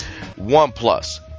OnePlus